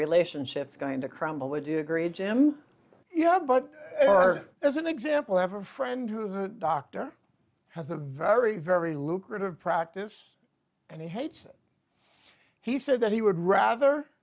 relationship is going to crumble would you agree jim yeah but as an example have a friend who is a doctor has a very very lucrative practice and he hates he said that he would rather